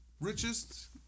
Richest